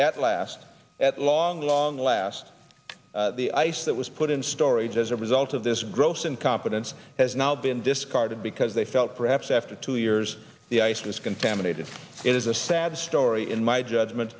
at last that long long last the ice that was put in storage as a result of this gross incompetence has now been discarded because they felt perhaps after two years the ice was contaminated it is a sad story in my judgment